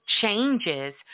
changes